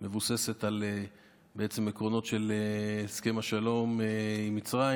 היא מבוססת בעצם על עקרונות של הסכם השלום עם מצרים